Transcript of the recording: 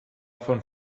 von